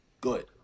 good